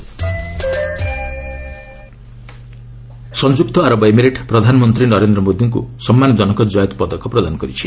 UAE conferred ସଂଯୁକ୍ତ ଆରବ emirate ପ୍ରଧାନମନ୍ତ୍ରୀ ନରେନ୍ଦ୍ର ମୋଦିଙ୍କୁ ସମ୍ମାନ ଜନକ ଜୟେଦ୍ ପଦକ ପ୍ରଦାନ କରିଛି